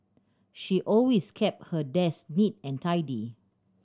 she always keep her desk neat and tidy